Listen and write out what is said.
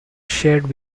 shared